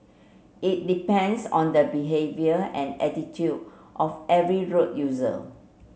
it depends on the behaviour and attitude of every road user